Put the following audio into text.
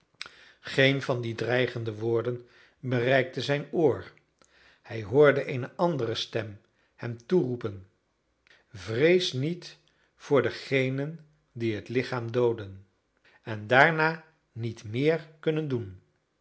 geen van die dreigende woorden bereikten zijn oor hij hoorde eene andere stem hem toeroepen vrees niet voor degenen die het lichaam dooden en daarna niet meer kunnen doen